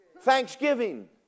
Thanksgiving